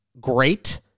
great